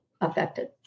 affected